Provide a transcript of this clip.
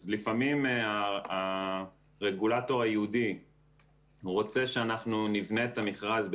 אז לפעמים הרגולטור הייעודי רוצה שאנחנו נבנה את המכרז,